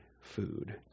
food